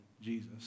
Jesus